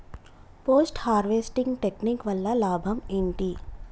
Post harvesting technique వల్ల లాభం ఏంటి?